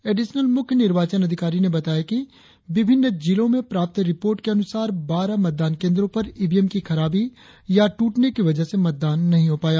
additional मुख्य निर्वाचन अधिकारी ने बताया कि विभिन्न जिलों से प्राप्त रिपोर्ट के अनुसार बारह मतदान केंद्रों पर ईवीएम की खराबी या टूटने की वजह से मतदान नहीं हो पाया